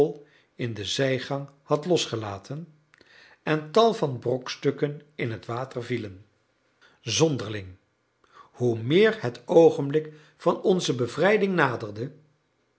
in de zijgang had losgelaten en tal van brokstukken in het water vielen zonderling hoe meer het oogenblik van onze bevrijding naderde